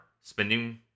spending